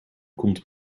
komt